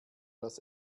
das